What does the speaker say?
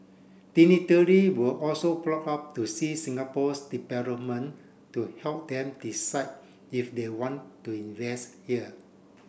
were also brought up to see Singapore's development to help them decide if they want to invest here